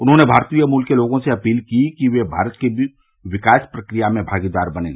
उन्होंने भारतीय मूल के लोगों से अपील की कि वे भारत की विकास प्रक्रिया में भागीदार बनें